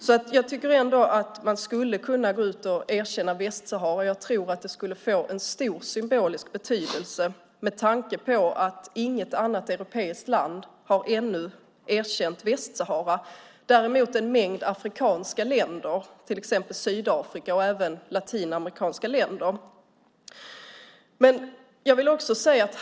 Jag tycker ändå att man kan erkänna Västsahara. Jag tror att det skulle få en stor symbolisk betydelse med tanke på att inget annat europeiskt land ännu har erkänt Västsahara, däremot en mängd afrikanska länder, till exempel Sydafrika, och även latinamerikanska länder.